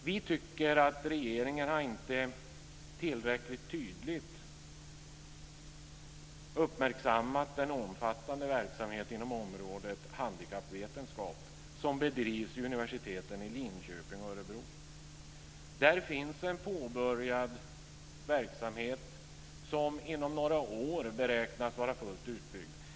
Vi tycker att regeringen inte tillräckligt tydligt har uppmärksammat den omfattande verksamheten inom området handikappvetenskap som bedrivs vid universiteten i Linköping och Örebro. Där finns en påbörjad verksamhet som inom några år beräknas vara fullt utbyggd.